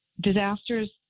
Disasters